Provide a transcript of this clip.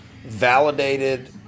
validated